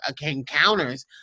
encounters